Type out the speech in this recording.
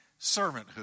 servanthood